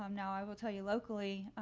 um now, i will tell you locally,